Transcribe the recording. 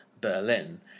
Berlin